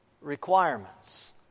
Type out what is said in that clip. requirements